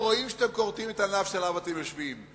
שאתם כורתים את הענף שעליו אתם יושבים,